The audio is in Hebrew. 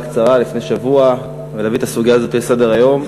קצרה לפני שבוע להביא את הסוגיה הזאת לסדר-היום.